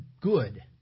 good